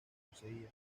poseía